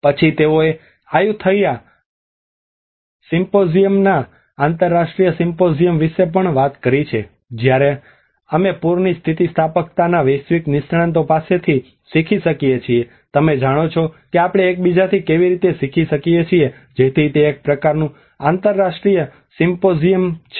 પછી તેઓએ આયુથૈયા સિમ્પોઝિયમના આંતરરાષ્ટ્રીય સિમ્પોઝિયમ વિશે પણ વાત કરી છે જ્યાં અમે પૂરની સ્થિતિસ્થાપકતાના વૈશ્વિક નિષ્ણાતો પાસેથી શીખી શકીએ છીએ તમે જાણો છો કે આપણે એકબીજાથી કેવી રીતે શીખી શકીએ જેથી તે એક પ્રકારનું આંતરરાષ્ટ્રીય સિમ્પોઝિયમ છે